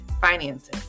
finances